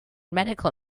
medical